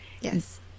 Yes